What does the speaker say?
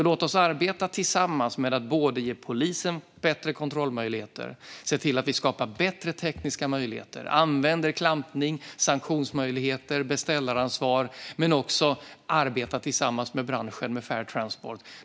Låt oss arbeta tillsammans med att ge polisen bättre kontrollmöjligheter, skapa bättre tekniska möjligheter, använda klampning, sanktionsmöjligheter och beställaransvar, men också arbeta tillsammans med branschen och Fair Transport.